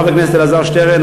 תודה רבה, חבר הכנסת אלעזר שטרן.